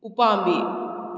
ꯎꯄꯥꯝꯕꯤ